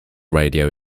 radio